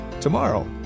Tomorrow